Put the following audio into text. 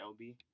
LB